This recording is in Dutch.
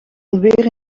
alweer